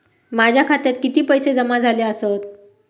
माझ्या खात्यात किती पैसे जमा झाले आसत?